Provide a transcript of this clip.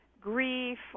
grief